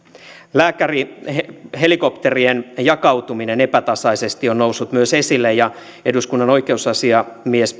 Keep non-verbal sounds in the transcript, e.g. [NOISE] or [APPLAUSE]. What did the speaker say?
lääkärihelikopterien jakautuminen epätasaisesti on noussut myös esille eduskunnan oikeusasiamies [UNINTELLIGIBLE]